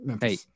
Hey